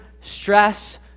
stress